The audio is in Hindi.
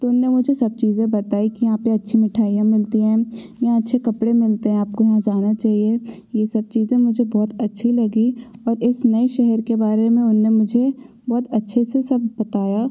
तो उन्होंने मुझे सब चीज़ें बताई कि यहाँ पर अच्छी मिठाइयाँ मिलती हैं यहाँ अच्छे कपड़े मिलते हैं आपको यहाँ जाना चाहिए ये सब चीज़ें मुझे बहुत अच्छी लगी और इस नए शहर के बारे में उन्होंने मुझे बहुत अच्छे से सब बताया